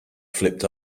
flipped